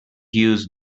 use